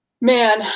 Man